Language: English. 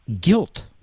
guilt